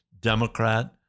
Democrat